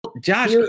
Josh